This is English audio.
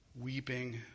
weeping